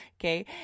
Okay